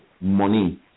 money